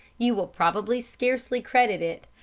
you will probably scarcely credit it,